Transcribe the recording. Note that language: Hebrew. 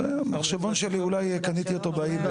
המחשבון שלי אולי קניתי אותו באיביי.